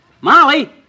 Molly